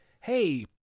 hey